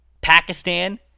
Pakistan